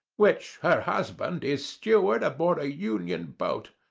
which her husband is steward aboard a union boat,